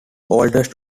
oldest